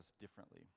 differently